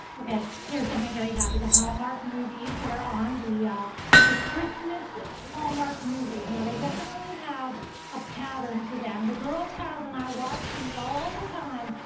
here is something very happy. the hallmark movies that are on the the christmas hallmark movies. and they definitely have a pattern to them. the girl child and i watch these all the time,